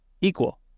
equal